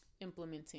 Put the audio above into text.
implementing